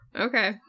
Okay